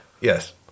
yes